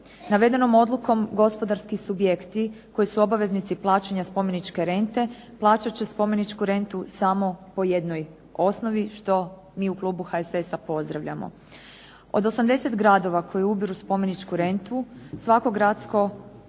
Navedenom odlukom gospodarski subjekti koji su obveznici plaćanja spomeničke rente, plaćat će spomeničku rentu samo po jednoj osnovi, što mi u klubu HSS-a pozdravljamo. Od 80 gradova koji ubiru spomeničku rentu svako gradsko